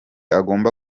agomba